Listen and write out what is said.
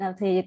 thì